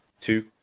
two